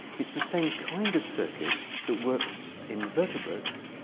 it's the same kind of circuit that works in vertebrates,